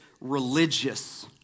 religious